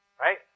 right